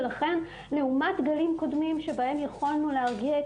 ולכן לעומת גלים קודמים שבהם יכולנו להרגיע את